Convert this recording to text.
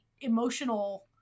emotional